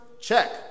check